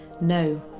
No